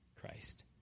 Christ